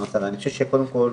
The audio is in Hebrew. קודם כול,